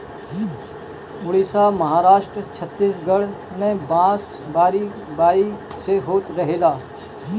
उड़ीसा, महाराष्ट्र, छतीसगढ़ में बांस बारी बारी से होत रहेला